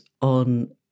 on